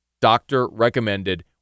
doctor-recommended